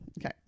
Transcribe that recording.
okay